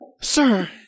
Sir